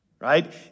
Right